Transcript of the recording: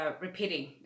repeating